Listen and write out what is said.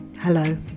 Hello